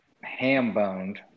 ham-boned